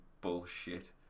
bullshit